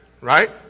Right